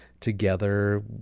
Together